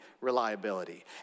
reliability